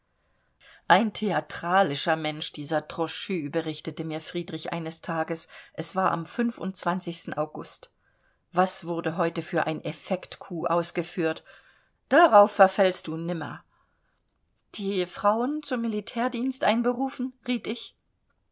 ein theatralischer mensch dieser trochu berichtete mir friedrich eines tages es war am august was wurde heute für ein effekt coup ausgeführt darauf verfällst du nimmer die frauen zum militärdienst einberufen riet ich